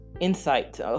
insight